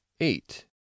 eight